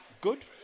good